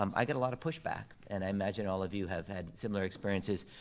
um i get a lot of pushback, and i imagine all of you have had similar experiences.